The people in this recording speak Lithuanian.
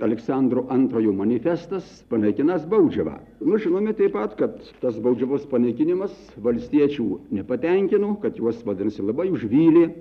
aleksandro antrojo manifestas panaikinęs baudžiavą nu žinome taip pat kad tas baudžiavos panaikinimas valstiečių nepatenkino kad juos vadinasi labai užvylė